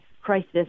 crisis